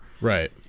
Right